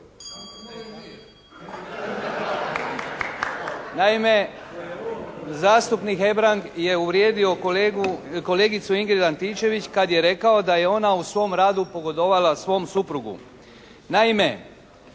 Naime, zastupnik Hebrang je uvrijedio kolegicu Ingrid Antičević kad je rekao da je ona u svom radu pogodovala svom suprugu. Naime,